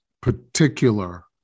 particular